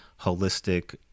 holistic